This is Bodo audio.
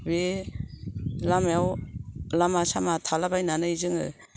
बे लामायाव लामा सामा थालाबायनानै जोङो